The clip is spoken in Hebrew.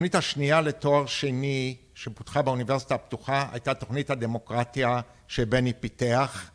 התוכנית השנייה לתואר שני שפותחה באוניברסיטה הפתוחה הייתה תוכנית הדמוקרטיה שבני פיתח